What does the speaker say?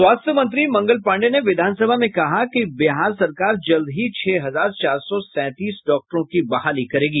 स्वास्थ्य मंत्री मंगल पाण्डेय ने विधानसभा में कहा कि बिहार सरकार जल्द ही छह हजार चार सौ सैंतीस डॉक्टरों की बहाली करेगी